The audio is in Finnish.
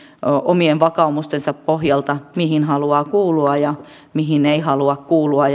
omien vakaumustensa pohjalta mihin haluaa kuulua ja mihin ei halua kuulua